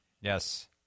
Yes